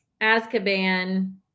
Azkaban